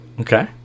okay